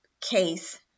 case